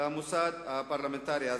למוסד הפרלמנטרי הזה.